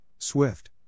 SWIFT